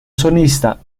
solista